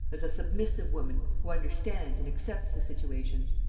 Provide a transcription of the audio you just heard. as a submissive woman, who understands and accepts the situation.